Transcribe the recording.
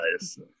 Nice